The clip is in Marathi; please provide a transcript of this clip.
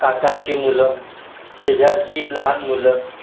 काकांची मुलं शेजारची लहान मुलं